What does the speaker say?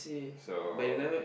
so